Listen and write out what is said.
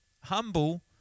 humble